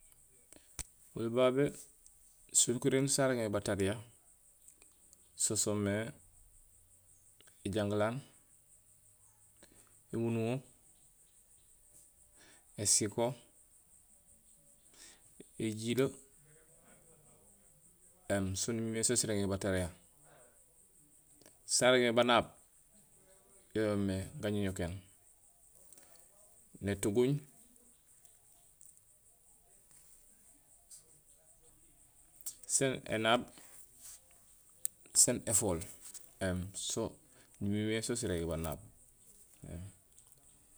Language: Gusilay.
Oli babé sinukuréén sa régmé batariya so soomé éjanglaan, émunduŋo, ésiko, éjilee, éém so nimimé so sirégmé batariya. Sa régmé banaab yo yoomé gañoñokéén, nétuguuñ, sén énaab, sén éfool éém so nimimé so sirégé banaab éém